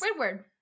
Squidward